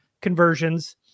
conversions